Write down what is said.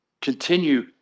Continue